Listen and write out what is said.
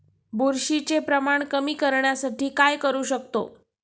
बुरशीचे प्रमाण कमी करण्यासाठी काय करू शकतो?